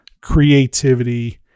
creativity